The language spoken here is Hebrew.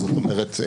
זאת אומרת,